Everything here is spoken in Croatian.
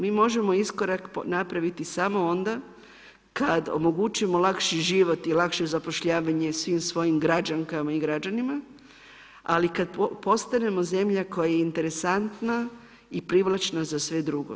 Mi možemo iskorak napraviti samo onda kada omogućimo lakši život i lakše zapošljavanje svim svojim građankama i građanima, ali kad postanemo zemlja koja je interesantna i privlačna za sve drugo.